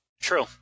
True